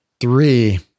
three